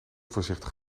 voorzichtig